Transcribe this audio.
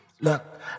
Look